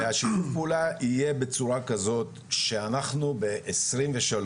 והשיתוף פעולה יהיה בצורה כזאת, שאנחנו ב-2023,